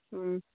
ꯎꯝ